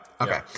Okay